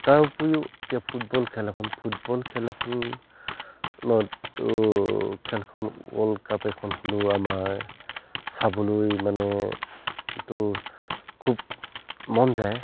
তাৰ উপৰিও এতিয়া ফুটবল খেল এখন ফুটবল খেল এখনতো খেলখন ৱৰ্ল্ডকাপ এখন হ'লেও আমাৰ চাবলৈ মানে তো খুব মন যায়